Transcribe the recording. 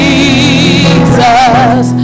Jesus